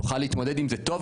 תוכל להתמודד עם זה טוב?